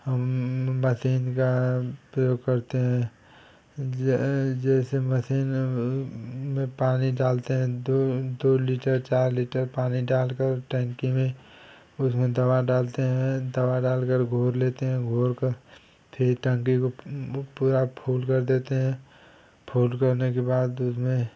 हम मशीन का प्रयोग करते हैं जैसे मशीन में पानी डालते हैं दो लीटर चार लीटर पानी डालकर टन्की में उसमें दवा डालते हैं दवा डालकर घोल लेते हैं घोलकर फिर टन्की को पूरा फुल कर देते हैं फुल करने के बाद उसमें